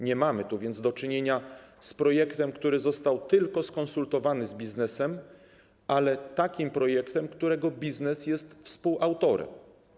Nie mamy tu więc do czynienia z projektem, który został tylko skonsultowany z biznesem, ale mamy do czynienia z takim projektem, którego biznes jest współautorem.